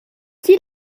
qui